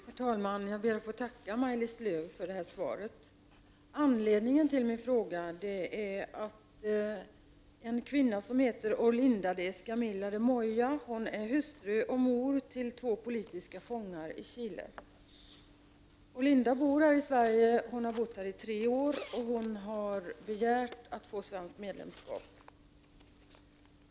Herr talman! Jag ber att få tacka Maj-Lis Lööw för svaret. Anledningen till min fråga är en kvinna som heter Orlinda de Escamilla de Moya och som är hustru resp. mor till två politiska fångar i Chile. Orlinda bor här i Sverige sedan tre år, och hon har begärt att få svenskt medborgarskap.